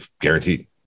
guaranteed